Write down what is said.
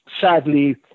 Sadly